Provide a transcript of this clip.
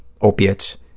opiates